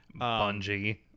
Bungie